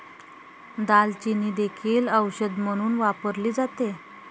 दालचिनी देखील औषध म्हणून वापरली जाते